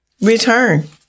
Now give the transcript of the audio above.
Return